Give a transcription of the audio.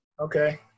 Okay